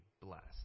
blessed